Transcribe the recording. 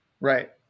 right